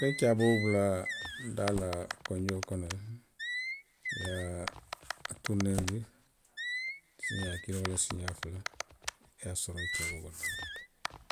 I ka caaboo bula daa la kondio kono le, i ye a turinee siiňaa kiliŋ walla siiňaa fula. i ye a soroŋ i ye caaboo bondi